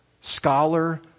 scholar